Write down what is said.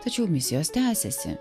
tačiau misijos tęsiasi